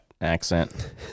accent